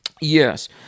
Yes